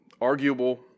arguable